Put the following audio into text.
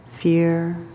fear